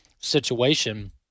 Situation